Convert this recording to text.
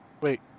Wait